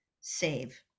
save